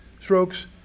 strokes